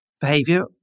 behavior